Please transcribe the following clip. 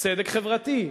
צדק חברתי,